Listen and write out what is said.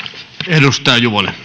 arvoisa